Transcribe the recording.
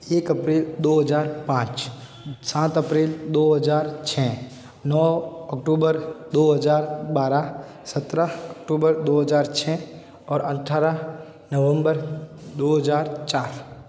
एक अप्रैल दो हजार पाँच सात अप्रैल दो हजार छः नौ अक्टूबर दो हजार बारह सत्रह अक्टूबर दो हजार छः और अट्ठारह नवम्बर दो हजार चार